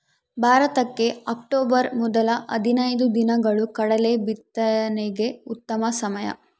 ಭಾರತಕ್ಕೆ ಅಕ್ಟೋಬರ್ ಮೊದಲ ಹದಿನೈದು ದಿನಗಳು ಕಡಲೆ ಬಿತ್ತನೆಗೆ ಉತ್ತಮ ಸಮಯ